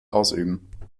ausüben